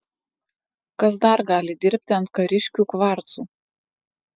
kas dar gali dirbti ant kariškių kvarcų